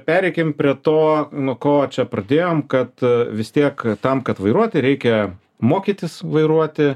pereikim prie to nuo ko čia pradėjom kad vis tiek tam kad vairuoti reikia mokytis vairuoti